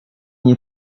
nie